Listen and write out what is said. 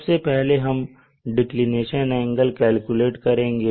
सबसे पहले हम डिक्लिनेशन एंगल कैलकुलेट करेंगे